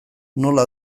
nola